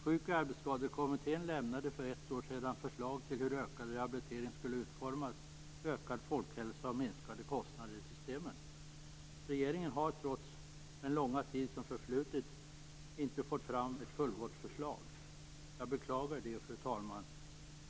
Sjuk och arbetsskadekommittén lämnade för ett år sedan förslag till hur ökad rehabilitering skulle utformas för ökad folkhälsa och minskade kostnader i systemen. Regeringen har trots den långa tid som förflutit inte fått fram ett fullgott förslag. Jag beklagar det, fru talman.